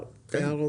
הייתה פשרה.